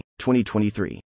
2023